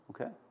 okay